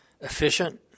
efficient